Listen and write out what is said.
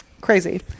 crazy